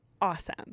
Awesome